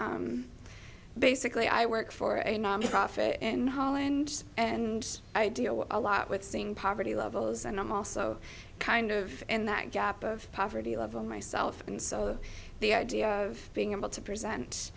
that basically i work for a nonprofit in holland and idea what a lot with seeing poverty levels and i'm also kind of in that gap of poverty level myself and so the idea of being able to present